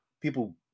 people